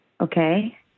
okay